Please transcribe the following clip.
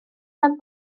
ben